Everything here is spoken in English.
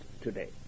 today